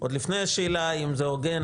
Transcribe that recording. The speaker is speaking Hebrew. עוד לפני השאלה אם זה הוגן,